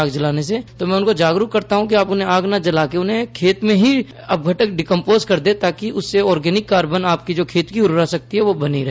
आग जलाने से तो मैं उनको जागरूक करता हूं कि आप उन्हें आग न जला के खेत में ही अपघटक डिकम्पोज कर दे ताकि उससे आर्गेनिक कार्बन जो आपके खेत की उर्वरा शक्ति है वो बनी रहे